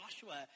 Joshua